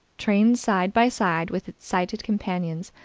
trained side by side with its sighted companions,